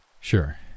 Sure